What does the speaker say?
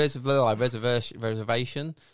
reservation